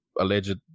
alleged